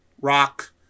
Rock